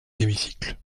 hémicycle